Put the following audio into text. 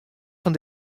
fan